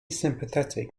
sympathetic